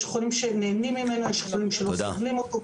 יש חולים שנהנים ממנו ויש חולים שלא סובלים אותו.